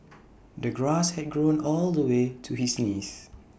the grass had grown all the way to his knees